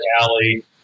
alley